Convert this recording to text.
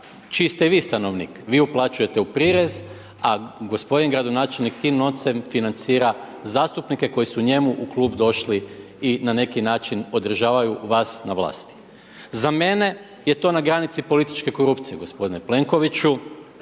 ste i vi stanovnik, vi uplaćujete u prirez a gospodin gradonačelnik tim novcem financira zastupnike koji su njemu u klub došli i na neki način održavaju vas na vlasti. Za mene je to na granici političke korupcije gospodine Plenkoviću.